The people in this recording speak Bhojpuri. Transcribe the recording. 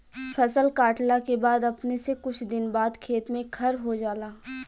फसल काटला के बाद अपने से कुछ दिन बाद खेत में खर हो जाला